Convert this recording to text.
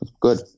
Good